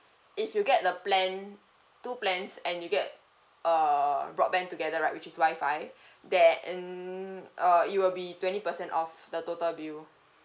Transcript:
if you get the plan two plans and you get err broadband together right which is Wi-Fi then uh it will be twenty percent off the total bill